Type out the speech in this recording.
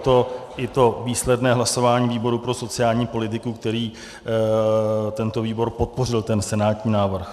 Proto i to výsledné hlasování výboru pro sociální politiku, který tento výbor podpořil ten senátní návrh.